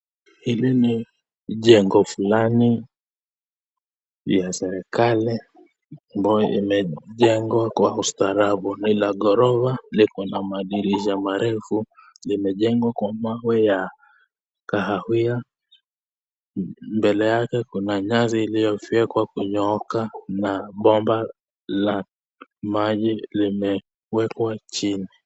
Hili ni njengo fulani ya serikali ambayo imejengwa kwa ustaarabu, ni la ghorofa, liko na madirisha marefu, limenjengwa kwa mawe ya kahawia mbele yake kuna nyasi iliyofyekwa kunyooka na bomba la maji limeekwa chini.